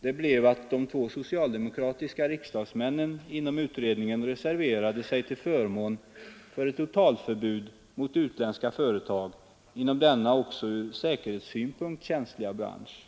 blev att de två socialdemokratiska riksdagsmännen inom utredningen reserverade sig till förmån för ett totalförbud mot utländska företag inom denna också från säkerhetssynpunkt känsliga bransch.